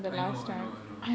I know I know I know